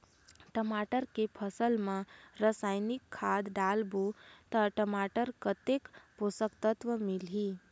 टमाटर के फसल मा रसायनिक खाद डालबो ता टमाटर कतेक पोषक तत्व मिलही?